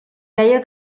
deia